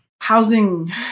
housing